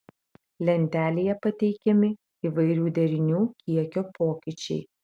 lentelėje pateikiami įvairių derinių kiekio pokyčiai